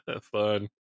Fun